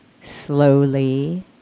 slowly